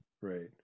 Right